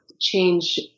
change